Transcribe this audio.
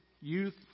youth